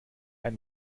ein